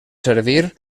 servir